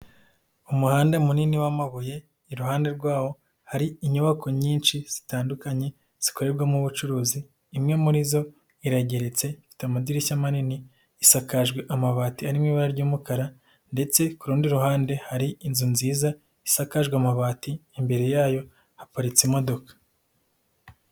Umuhanda munini w'amabuye iruhande rwawo hari inyubako nyinshi zitandukanye zikorerwamo ubucuruzi, imwe muri zo irageretse ifite amadirishya manini isakajwe amabati arimo ibara ry'umukara, ndetse ku rundi ruhande hari inzu nziza isakajwe amabati, imbere yayo haparitse imodoka.